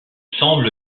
semble